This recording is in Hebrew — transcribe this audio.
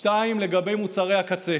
שתיים, לגבי מוצרי הקצה.